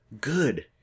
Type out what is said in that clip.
good